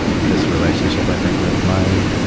this relationship, i think, with my,